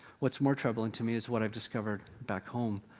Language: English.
what's more troubling to me, is what i've discovered back home.